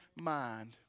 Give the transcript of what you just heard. mind